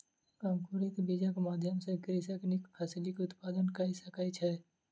अंकुरित बीजक माध्यम सॅ कृषक नीक फसिलक उत्पादन कय सकै छै